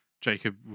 Jacob